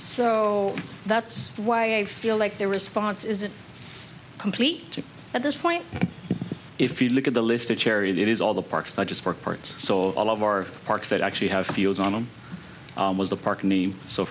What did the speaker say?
so that's why i feel like their response isn't complete at this point if you look at the list a chariot is all the parks not just for parts so all of our parks that actually have fields on them was the park name so